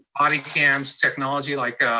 body cams, technology like